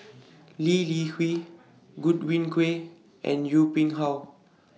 Lee Li Hui Godwin Koay and Yong Pung How